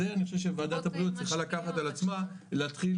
זה אני חושב שוועדת הבריאות צריכה לקחת על עצמה להתחיל